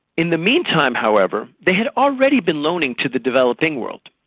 in the meantime, however, they had already been loaning to the developing world.